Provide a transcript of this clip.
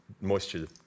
moisture